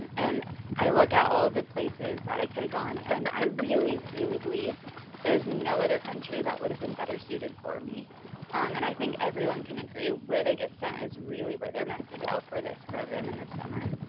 and i look at all the places that i could have kind of gone and i really really believe there's no other country that would have been better suited for me and i think everyone can agree where they get sent is really where they're meant to go for this program in this summer